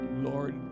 Lord